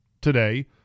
today